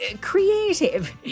creative